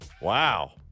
Wow